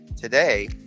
today